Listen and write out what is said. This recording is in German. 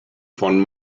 von